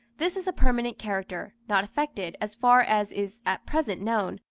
this is a permanent character, not affected, as far as is at present known,